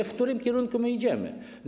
W którym kierunku my idziemy?